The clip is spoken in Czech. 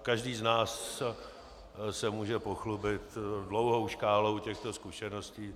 Každý z nás se může pochlubit dlouhou škálou těchto zkušeností.